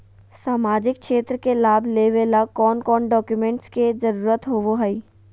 सामाजिक क्षेत्र के लाभ लेबे ला कौन कौन डाक्यूमेंट्स के जरुरत होबो होई?